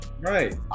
right